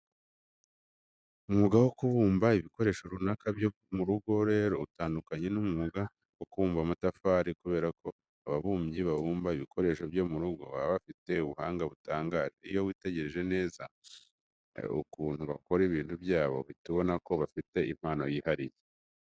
Umwuga wo kubumba ibikoresho runaka byo mu rugo rero utandukanye n'umwuga wo kubumba amatafari kubera ko ababumbyi babumba ibikoresho byo mu rugo baba bafite ubuhanga butangaje. Iyo witegereje neza ukuntu bakora ibintu byabo uhita ubona ko bafite impano yihariye.